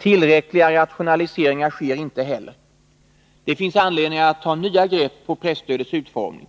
Tillräckliga rationaliseringar sker inte heller. Det finns anledning att ta nya grepp på presstödets utformning.